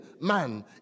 man